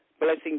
Blessing